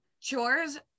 chores